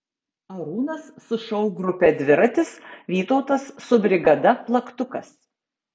arūnas su šou grupe dviratis vytautas su brigada plaktukas